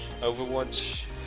overwatch